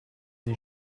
die